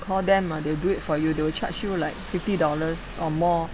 call them mah they'll do it for you they will charge you like fifty dollars or more